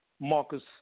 Marcus